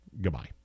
goodbye